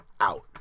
out